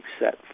set